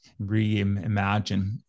reimagine